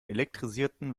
elektrisierten